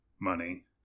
money